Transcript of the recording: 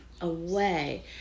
away